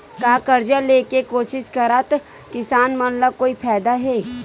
का कर्जा ले के कोशिश करात किसान मन ला कोई फायदा हे?